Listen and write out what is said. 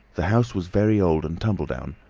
the house was very old and tumble-down,